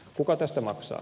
kuka tästä maksaa